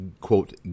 quote